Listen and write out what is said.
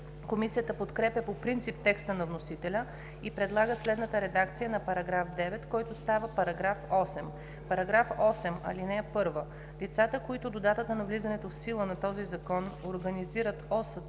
Комисията подкрепя по принцип текста на вносителя и предлага следната редакция на § 9, който става § 8: „§ 8. (1) Лицата, които до датата на влизането в сила на този закон организират ОСТ,